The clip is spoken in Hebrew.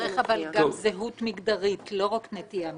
צריך להוסיף גם זהות מגדרית ולא רק נטייה מינית.